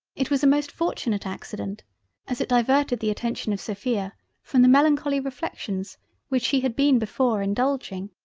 it was a most fortunate accident as it diverted the attention of sophia from the melancholy reflections which she had been before indulging.